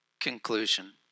conclusion